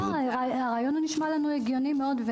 הרעיון נשמע לנו הגיוני מאוד.